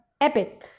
epic